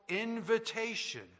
invitation